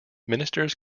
ministers